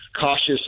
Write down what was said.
cautious